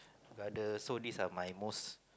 brother so this are my most